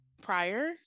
prior